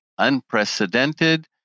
unprecedented